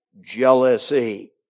jealousy